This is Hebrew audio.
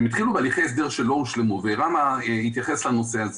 התחילו בהליכי הסדר שלא הושלמו ורמ"א התייחס לנושא הזה.